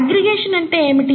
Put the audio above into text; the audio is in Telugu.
అగ్గ్రిగేషన్ అంటే ఏమిటి